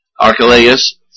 Archelaus